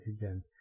again